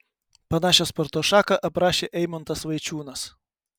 panašią sporto šaką aprašė eimuntas vaičiūnas